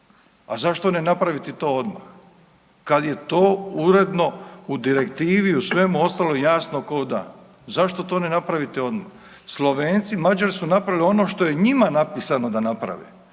A zašto ne napraviti to odmah kad je to uredno u direktivi, u svemu ostalom jasno k'o dan? Zašto to ne napraviti odmah? Slovenci, Mađari su napravili ono što je njima napisano da naprave.